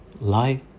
life